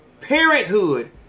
Parenthood